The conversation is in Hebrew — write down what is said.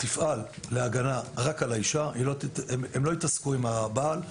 שתפעל להגנה רק על האישה, לא יתעסקו עם הבעל.